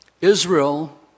Israel